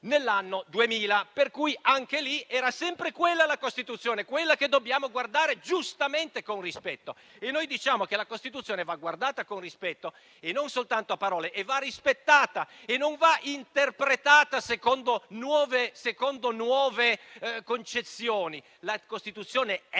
nell'anno 2000, per cui anche in quel caso la Costituzione era sempre la stessa, quella che dobbiamo guardare giustamente con rispetto. Noi sosteniamo che la Costituzione va guardata con rispetto non soltanto a parole, ma va rispettata e non va interpretata secondo nuove concezioni. La Costituzione è